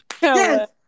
Yes